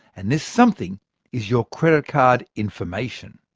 and this something is your credit card information.